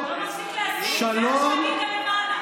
אתה לא מפסיק להסית מאז שעלית למעלה,